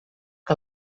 que